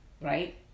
right